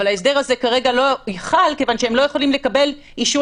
אבל ההסדר הזה כרגע לא חל כיוון שהם לא יכולים לקבל אישור